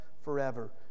forever